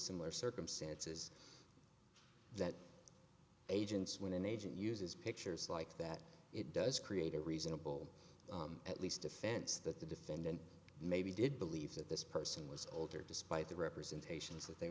similar circumstances that agents when an agent uses pictures like that it does create a reasonable at least offense that the defendant maybe did believe that this person was altered despite the representations that they